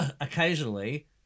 occasionally